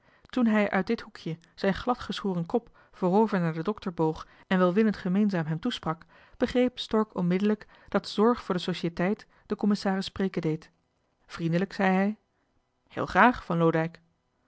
toen hij uit dit hoekje zijn glad geschoren kop voorover naar den dokter boog en welwillend gemeenzaam hem toesprak begreep stork onmiddellijk dat zorg voor de societeit den commissaris spreken deed vriendelijk zei hij heel graag van loodijck